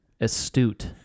astute